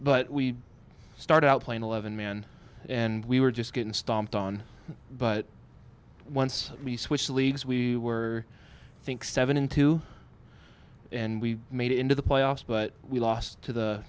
but we started out playing eleven men and we were just getting stomped on but once we switched leagues we were think seven in two and we made it into the playoffs but we lost to the